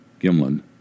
Gimlin